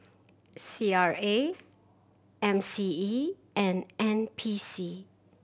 C R A M C E and N P C